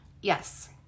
Yes